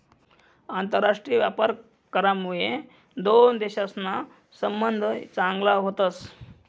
आंतरराष्ट्रीय व्यापार करामुये दोन देशसना संबंध चांगला व्हतस